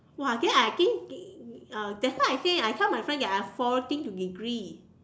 !wah! then I think uh that's why I think I tell my friend that I forwarding to degree